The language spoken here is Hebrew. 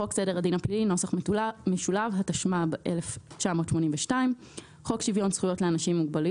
להצעת החוק משתמע שבעל רכב לא יכול להיות